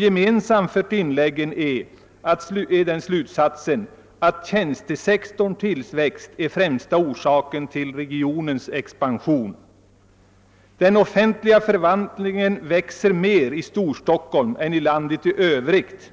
Gemensamt för inläggen är slutsatsen att tjänstesektorns tillväxt är främsta orsaken till regionens expansion. Den offentliga förvaltningen växer mer i Storstockholm än i landet i övrigt.